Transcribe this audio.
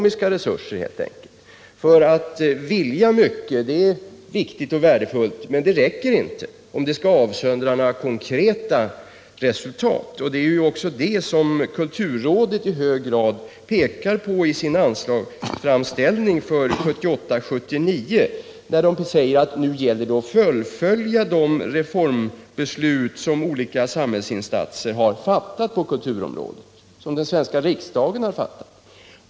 Det är visserligen viktigt och värdefullt att vilja mycket, men det räcker inte för att man skall uppnå några konkreta resultat. Detta framhålls också av kulturrådet i dess anslagsframställning för 1978/79, där det säger att det nu gäller att fullfölja de reformbeslut avseende kulturområdet som olika samhällsinstanser, t.ex. den svenska riksdagen, har fattat.